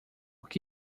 que